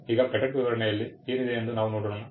ಈಗ ಪೇಟೆಂಟ್ ವಿವರಣೆಯಲ್ಲಿ ಏನಿದೆ ಎಂದು ನಾವು ನೋಡೋಣ